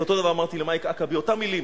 אותו הדבר אמרתי למייק האקבי, אותן מלים.